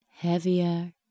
heavier